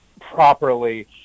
properly